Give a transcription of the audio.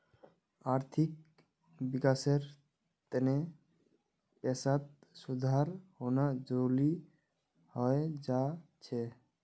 आर्थिक विकासेर तने पैसात सुधार होना जरुरी हय जा छे